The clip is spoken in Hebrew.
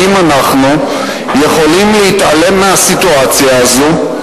האם אנחנו יכולים להתעלם מהסיטואציה הזאת,